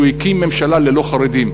שהוא הקים ממשלה ללא חרדים.